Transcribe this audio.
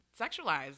sexualized